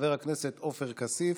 חבר הכנסת עופר כסיף,